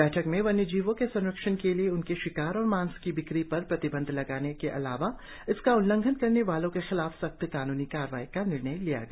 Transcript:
बैठक में वन्य जीवों के संरक्षण के लिए उनके शिकार और मांस की बिक्री पर प्रतिबंध लगाने के अलावा इसका उल्लंघन करने वालों के खिलाफ सख्त कानूनी कार्रवाई का निर्णय लिया गया